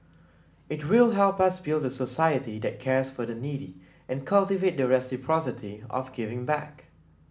it will help us build a society that cares for the needy and cultivate the reciprocity of giving back